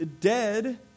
dead